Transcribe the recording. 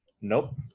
Nope